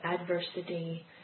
adversity